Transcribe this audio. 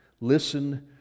Listen